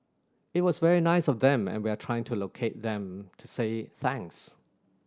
it was very nice of them and we are trying to locate them to say thanks